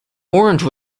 orange